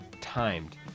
timed